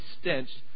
stench